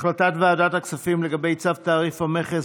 החלטת ועדת הכספים לגבי צו תעריף המכס